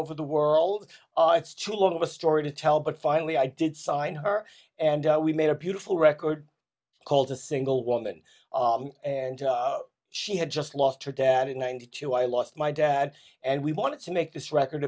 over the world it's too long of a story to tell but finally i did sign her and we made a beautiful record called a single woman and she had just lost her dad in ninety two i lost my dad and we wanted to make this record